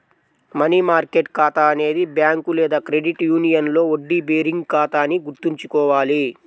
money market ఖాతా అనేది bank లేదా క్రెడిట్ యూనియన్లో వడ్డీ బేరింగ్ ఖాతా అని గుర్తుంచుకోవాలి